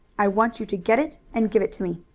i want you to get it and give it to me.